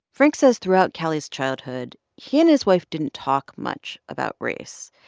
frank says throughout callie's childhood, he and his wife didn't talk much about race.